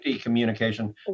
communication